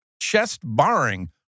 chest-barring